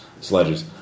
sledges